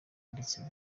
ndetse